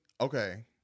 okay